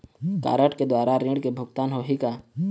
Card के द्वारा ऋण के भुगतान होही का?